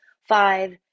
five